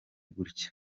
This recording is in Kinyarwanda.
gutya